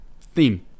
theme